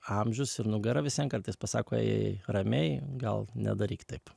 amžius ir nugara visvien kartais pasakoajajai ramiai gal nedaryk taip